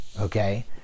Okay